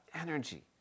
energy